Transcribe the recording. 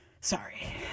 Sorry